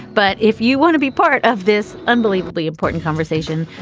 but if you want to be part of this unbelievably important conversation,